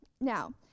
Now